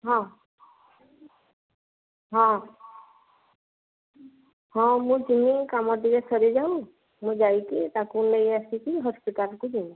ହଁ ହଁ ହଁ ମୁଁ ଯିମି କାମ ଟିକେ ସରିଯାଉ ମୁଁ ଯାଇକି ତା'କୁ ନେଇ ଆସିକି ହସ୍ପିଟାଲକୁ ଯିବି